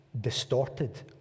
distorted